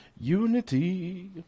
Unity